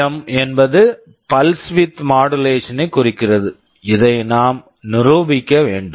M PWM என்பது pulse width modulation Pulse Width Modulation ஐக் குறிக்கிறது இதை நாம் நிரூபிக்க வேண்டும்